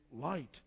light